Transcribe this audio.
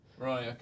Right